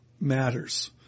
matters